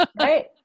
Right